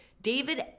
David